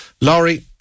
Laurie